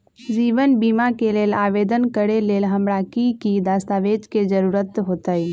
जीवन बीमा के लेल आवेदन करे लेल हमरा की की दस्तावेज के जरूरत होतई?